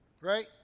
right